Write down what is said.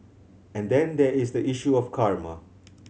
and then there is the issue of karma